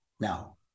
now